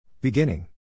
Beginning